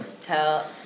Tell